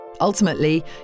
Ultimately